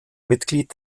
mitglied